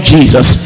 Jesus